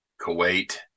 Kuwait